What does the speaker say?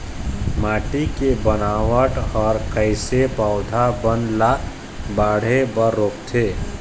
माटी के बनावट हर कइसे पौधा बन ला बाढ़े बर रोकथे?